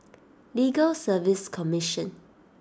Legal Service Commission